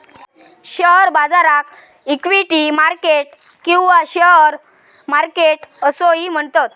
share बाजाराक equity market किंवा share market असोही म्हणतत